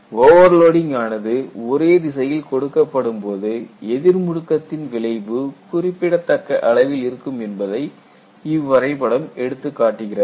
overloading ஆனது ஒரே திசையில் கொடுக்கப்படும் போது எதிர் முடுக்கத்தின் விளைவு குறிப்பிடத்தக்க அளவில் இருக்கும் என்பதை இவ்வரைபடம் எடுத்துக்காட்டுகிறது